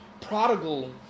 prodigal